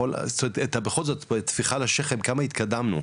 בכל זאת טפיחה על השכם, כמה התקדמנו,